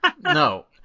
no